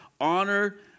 Honor